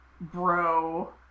bro